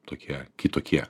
tokie kitokie